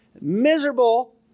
miserable